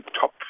top